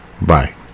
Bye